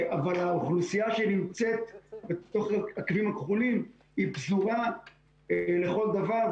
אבל האוכלוסייה שנמצאת בתוך הקווים הכחולים היא פזורה לכל דבר,